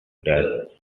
that